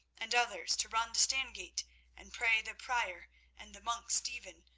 and others to run to stangate and pray the prior and the monk stephen,